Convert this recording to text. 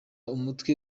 umutwe